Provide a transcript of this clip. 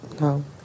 No